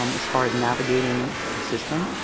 um as far as navigating the system.